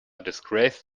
disgrace